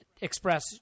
express